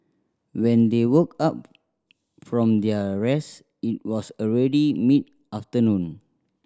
when they woke up from their rest it was already mid afternoon